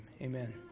amen